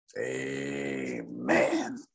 Amen